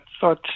thought